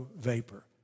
vapor